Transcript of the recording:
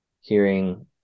hearing